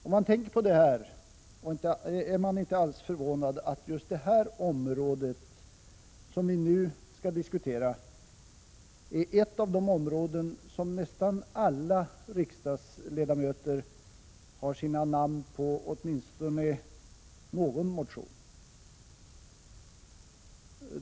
Om man tänker på detta är det inte alls förvånande att just det område som vi nu diskuterar är ett av de områden där nästan alla riksdagsledamöter har sina namn på åtminstone någon motion.